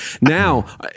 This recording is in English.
Now